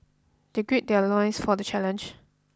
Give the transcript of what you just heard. they gird their loins for the challenge